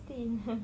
still